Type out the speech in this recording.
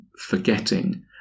forgetting